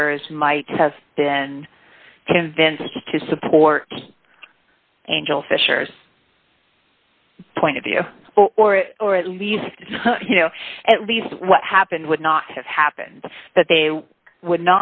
jurors might have been convinced to support angela fisher's point of view or it or at least at least what happened would not have happened that they would